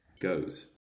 goes